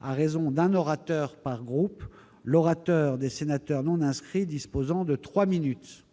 à raison d'un orateur par groupe, l'orateur des sénateurs non inscrits disposant de trois minutes.